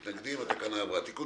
התקנה עברה פה אחד.